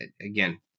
again